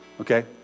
Okay